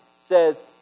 says